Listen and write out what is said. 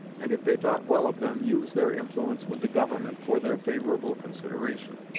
and, if they thought well of them, use their influence with the government for their favorable consideration.